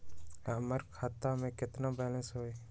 हमर खाता में केतना बैलेंस हई?